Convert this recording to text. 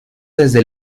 desde